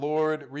Lord